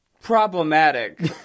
problematic